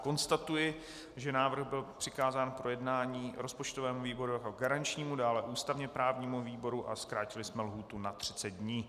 Konstatuji, že návrh byl přikázán k projednání rozpočtovému výboru jako garančnímu, dále ústavněprávnímu výboru a zkrátili jsme lhůtu na třicet dní.